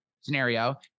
Scenario